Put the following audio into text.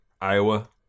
Iowa